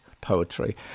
poetry